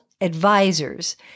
advisors